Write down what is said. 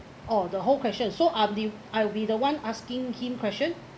oh the whole question so I believe I'll be the one asking him question